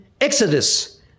Exodus